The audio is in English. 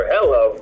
Hello